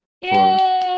yay